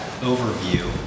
overview